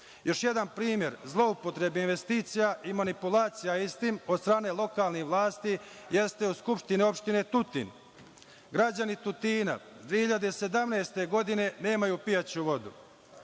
jedan primer zloupotrebe investicija i manipulacija istim od strane lokalnih vlasti jeste u SO Tutin. Građani Tutina 2017. godine nemaju pijaću vodu.